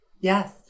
Yes